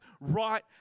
right